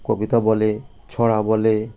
কবিতা বলে ছড়া বলে